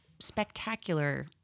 spectacular